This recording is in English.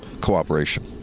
cooperation